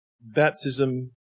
baptism